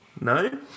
No